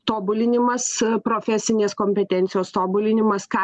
tobulinimas profesinės kompetencijos tobulinimas ką